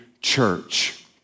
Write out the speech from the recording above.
church